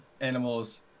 animals